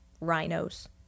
rhinos